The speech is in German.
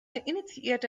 initiierte